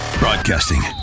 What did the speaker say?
Broadcasting